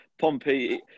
Pompey